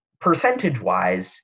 percentage-wise